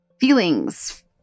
feelings